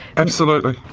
absolutely.